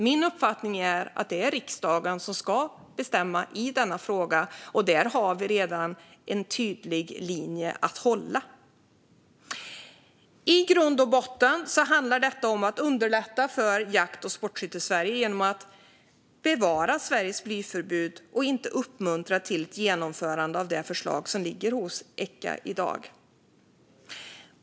Min uppfattning är att det är riksdagen som ska bestämma i denna fråga, och där har vi redan en tydlig linje att hålla. I grund och botten handlar detta om att underlätta för Jakt och sportskyttesverige genom att bevara Sveriges blyförbud och inte uppmuntra till ett genomförande av det förslag som ligger hos Echa i dag.